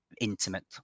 intimate